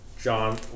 John